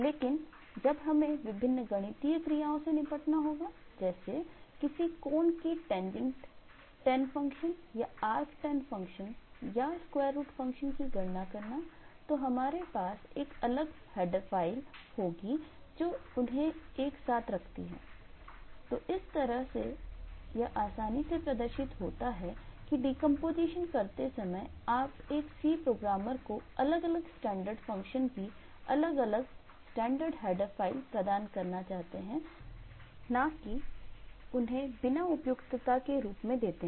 लेकिन जब हमें विभिन्न गणितीय क्रियाओं से निपटना होगा जैसे किसी कोण की tangent tan फ़ंक्शन या arctan फ़ंक्शन या स्क्वायर रूट प्रदान करना चाहते हैं ना कि उन्हें बिना उपयुक्तता का रूप में देते हैं